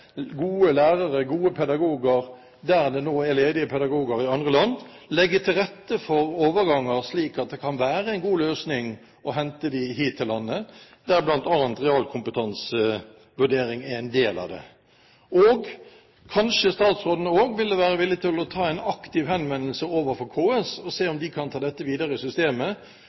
gode lærere, gode pedagoger, der det nå er ledige pedagoger i andre land, og legge til rette for overganger, slik at det kan være en god løsning å hente dem hit til landet, og at bl.a. realkompetansevurdering er en del av det. Kanskje statsråden også vil være villig til å gjøre en aktiv henvendelse overfor KS og se om de kan ta dette videre i systemet